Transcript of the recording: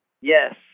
Yes